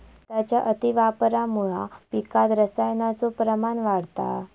खताच्या अतिवापरामुळा पिकात रसायनाचो प्रमाण वाढता